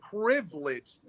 privileged